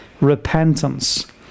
repentance